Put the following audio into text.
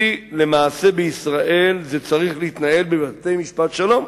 כי "למעשה בישראל זה צריך להתנהל בבתי-משפט שלום,